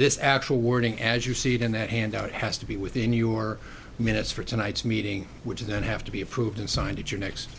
this actual warning as you see it in that handout has to be within your minutes for tonight's meeting which then have to be approved and signed at your next